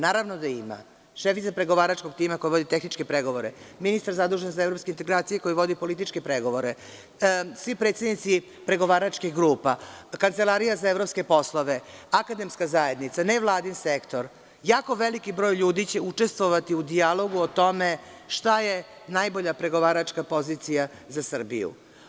Naravno da ima, šefica pregovaračkog tima koja vodi tehničke pregovore, ministar zadužen za evropske integracije koji vodi političke pregovore, svi predsednici pregovaračkih grupa, Kancelarija za evropske poslove, akademska zajednica, nevladin sektor, jako veliki broj ljudi će učestvovati u dijalogu o tome šta je najbolja pregovaračka pozicija za Srbiju.